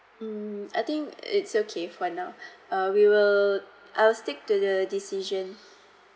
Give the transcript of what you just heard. mm I think it's okay for now uh we will I'll stick to the decision